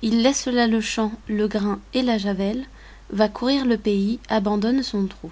il laisse là le champ le grain et la javelle va courir le pays abandonne son trou